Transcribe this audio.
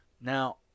Now